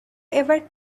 ever